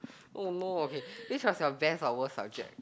oh no okay which was your best or worst subject